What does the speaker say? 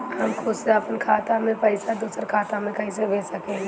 हम खुद से अपना खाता से पइसा दूसरा खाता में कइसे भेज सकी ले?